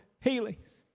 healings